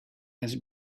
has